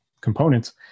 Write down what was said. components